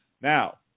Now